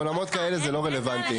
בעולמות כאלה זה לא רלוונטי.